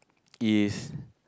is